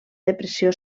depressió